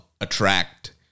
attract